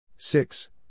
Six